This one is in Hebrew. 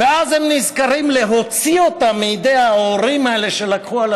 ואז הם נזכרים להוציא אותה מידי ההורים שלקחו על